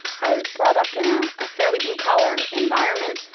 i was brought up in a ah fairly blue-collar environment.